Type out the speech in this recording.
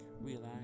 relax